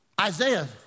Isaiah